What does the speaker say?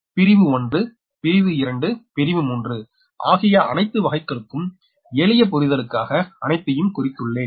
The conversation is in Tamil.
பிரிவு 1பிரிவு 2பிரிவு 3ஆகிய அனைத்து வகைகளுக்கும் எளிய புரிதலுக்காக அனைத்தையும் குறித்துள்ளேன்